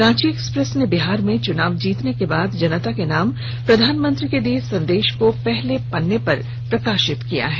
Ranchi express ने बिहार में चुनाव जीतने के बाद जनता के नाम प्रधानमंत्री के दिए संदेश को पहले पेज पर प्रकाशित किया है